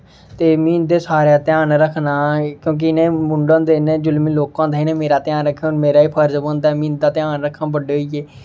ते में इं'दे सारें दा ध्यान रखना क्योंकि इ'नें मुंडा होंदे इ'नें जेल्लै में लौह्का होंदा हा इ'नें मेरा ध्यान रखेआ हून मेरा एह् फर्ज बनदा कि में इं'दा ध्यान रखांऽ बड्डे होइये